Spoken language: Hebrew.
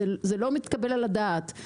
זה לא מתקבל על הדעת.